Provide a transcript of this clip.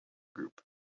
group